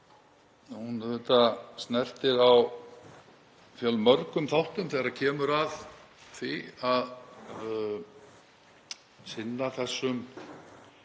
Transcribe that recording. Hann snertir á fjölmörgum þáttum þegar kemur að því að sinna þessum